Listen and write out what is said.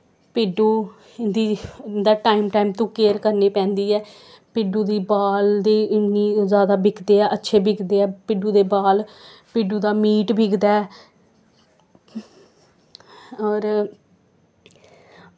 भिड्डु इं'दी इं'दा time time तों केयर करनी पैंदी ऐ भिड्डू दी बाल दी इन्नी जादा बिकदे ऐ अच्छे बिकदे ऐ भिड्डु दे बाल भिड्डु दा मीट बिकदा ऐ होर